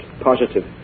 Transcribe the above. positive